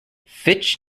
fitch